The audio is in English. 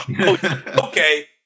Okay